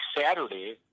Saturday